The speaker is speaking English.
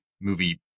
movie